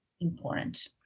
important